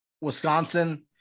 Wisconsin